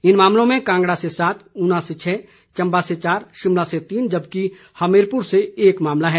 इन मामलों में कांगड़ा से सात उना से छः चंबा से चार शिमला से तीन जबकि हमीरपुर से एक मामला है